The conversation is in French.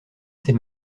s’est